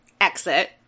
exit